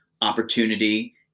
opportunity